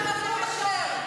מקום אחר.